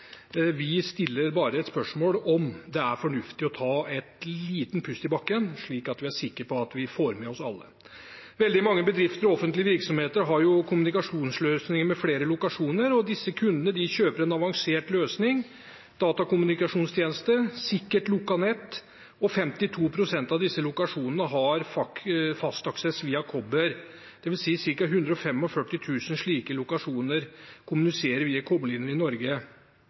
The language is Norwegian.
stiller vi spørsmål om det er fornuftig å ta en liten pust i bakken, slik at vi er sikre på at vi får med oss alle. Veldig mange bedrifter og offentlige virksomheter har kommunikasjonsløsninger med flere lokasjoner. Disse kundene kjøper en avansert løsning for datakommunikasjonstjeneste, med sikkert lukket nett. 52 pst. av disse lokasjonene har fast aksess via kobber, dvs. at ca. 145 000 slike lokasjoner kommuniserer via kobberlinjer i Norge.